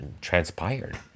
transpired